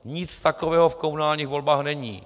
Nic takového v komunálních volbách není.